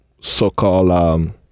so-called